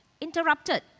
interrupted